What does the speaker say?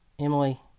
Emily